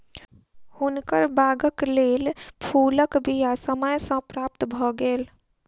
हुनकर बागक लेल फूलक बीया समय सॅ प्राप्त भ गेल